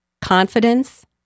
confidence